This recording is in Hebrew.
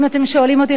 אם אתם שואלים אותי,